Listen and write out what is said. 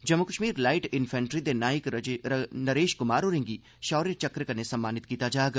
Jammu Kashmir light infantry दे Naik Naresh Kumar होरें'गी षौर्य चक्र कन्नै सम्मानित कीता जाग